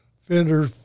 fender